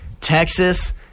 Texas